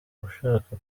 ushaka